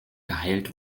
geheilt